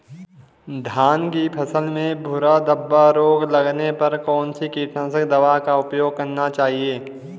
धान की फसल में भूरा धब्बा रोग लगने पर कौन सी कीटनाशक दवा का उपयोग करना चाहिए?